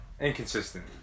Inconsistent